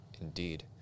Indeed